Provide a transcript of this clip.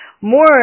more